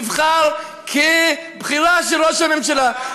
נבחר כבחירה של ראש הממשלה,